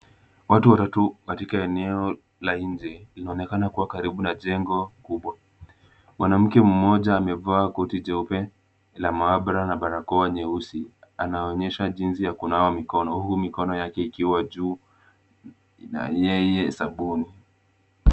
Watu watatu katika eneo la nje. Inaonekana kuwa karibu na jengo kubwa. Mwanamke mmoja amevaa koti jeupe la maabara na barakoa nyeusi anaonyesha jinsi ya kunawa mikono huku mikono yake ikiwa juu na yenye sabuni.